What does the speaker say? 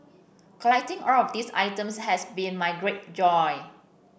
collecting all of these items has been my great joy